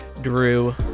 Drew